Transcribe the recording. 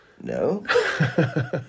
No